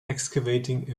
excavating